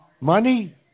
Money